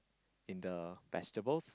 in the vegetables